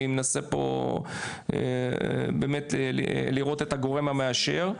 אני מנסה פה באמת לראות את הגורם המאשר.